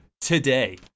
today